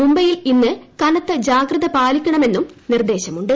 മുംബൈയിൽ ഇന്ന് കനത്ത് ജാഗ്രത പാലിക്കണമെന്ന് നിർദ്ദേശമുണ്ട്